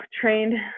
trained